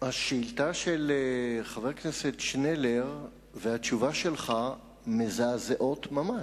השאילתא של חבר הכנסת שנלר והתשובה שלך מזעזעות ממש,